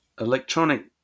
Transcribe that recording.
electronic